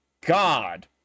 god